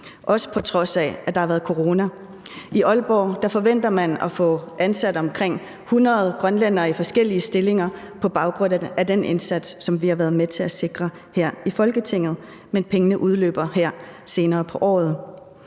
Odense, på trods af at der har været corona. I Aalborg forventer man at få ansat omkring 100 grønlændere i forskellige stillinger på baggrund af den indsats, som vi har været med til at sikre her i Folketinget, men pengebevillingen udløber her senere på året.